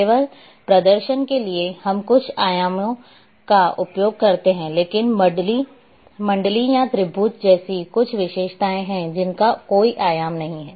केवल प्रदर्शन के लिए हम कुछ आयामों का उपयोग करते हैं लेकिन मंडली या त्रिभुज जैसी कुछ विशेषताएं हैं जिसका कोई आयाम नहीं है